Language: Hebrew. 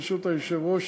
ברשות היושב-ראש,